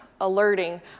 alerting